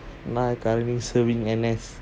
now I currently serving N_S